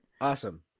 Awesome